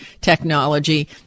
technology